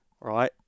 Right